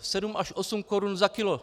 Sedm až osm korun za kilo.